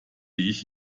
ich